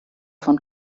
von